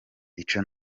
icyo